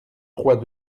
trois